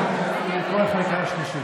כל השאר לא מעניין אתכם בכלל.